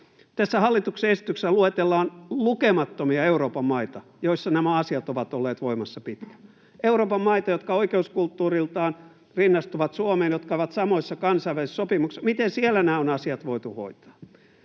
Hallituksen esityksessä luetellaan lukemattomia Euroopan maita, joissa nämä asiat ovat olleet voimassa pitkään — Euroopan maita, jotka oikeuskulttuuriltaan rinnastuvat Suomeen, jotka ovat samoissa kansainvälisissä sopimuksissa. Miten siellä nämä asiat on voitu hoitaa?